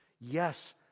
Yes